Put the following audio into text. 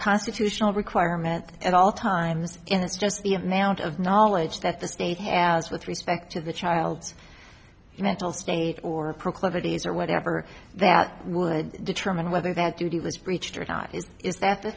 constitutional requirement at all times in this just the amount of knowledge that the state has with respect to the child's mental state or proclivities or whatever that would determine whether that duty was breached or not is is that the